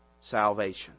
salvation